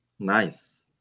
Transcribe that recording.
Nice